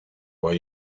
why